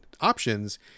options